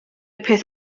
peth